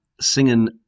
singing